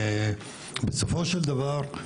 בסופו של דבר,